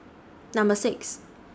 Number six